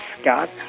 Scott